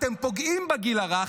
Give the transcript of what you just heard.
אתם פוגעים בגיל הרך.